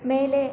ಮೇಲೆ